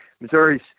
Missouri's